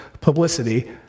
publicity